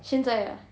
现在 ah